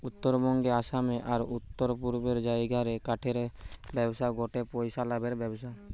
উত্তরবঙ্গে, আসামে, আর উততরপূর্বের রাজ্যগা রে কাঠের ব্যবসা গটে পইসা লাভের ব্যবসা